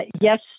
Yes